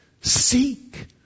seek